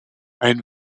ein